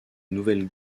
nouvelle